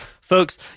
Folks